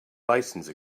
license